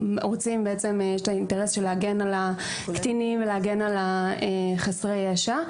יש את האינטרס להגן על הקטינים ולהגן על חסרי הישע,